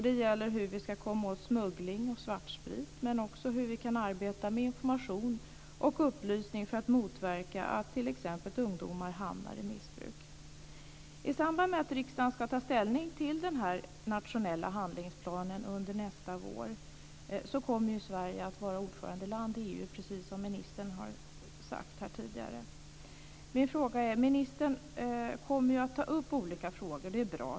Det gäller hur vi ska komma åt smuggling och svartsprit, men också hur vi kan arbeta med information och upplysning för att motverka att t.ex. ungdomar hamnar i missbruk. I samband med att riksdagen ska ta ställning till den här nationella handlingsplanen under nästa vår kommer ju Sverige att vara ordförandeland i EU, precis som ministern har sagt här tidigare. Min fråga gäller detta. Ministern kommer ju att ta upp olika frågor. Det är bra.